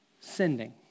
sending